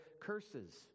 curses